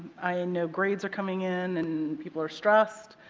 i know grades are coming in and people are stressed.